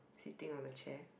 sitting on the chair